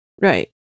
Right